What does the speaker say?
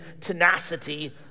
tenacity